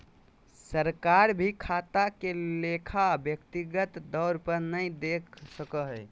सरकार भी खाता के लेखा व्यक्तिगत तौर पर नय देख सको हय